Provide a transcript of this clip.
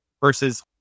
versus